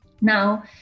Now